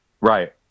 Right